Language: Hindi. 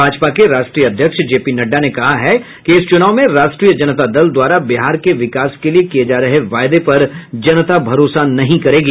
भाजपा के राष्ट्रीय अध्यक्ष जेपी नड़डा ने कहा है कि इस चूनाव में राष्ट्रीय जनता दल द्वारा बिहार के विकास के लिये किये जा रहे वायदे पर जनता भरोसा नहीं करेगी